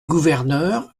gouverneur